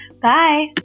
Bye